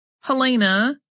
Helena